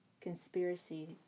Conspiracy